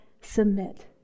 submit